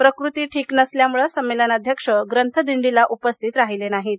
प्रकृती ठीक नसल्यामुळे संमेलनाध्यक्ष ग्रंथदिंडीला उपस्थित राहिले नाहीत